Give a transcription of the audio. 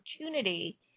opportunity